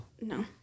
No